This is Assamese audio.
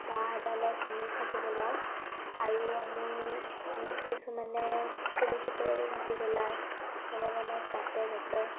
বাঁহ এডালত আমি চাকি জ্বলাওঁ আৰু আমি যোন কিছুমানে তুলসী তলতো চাকি জ্বলায় ভগৱানক মাতে যাতে